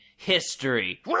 History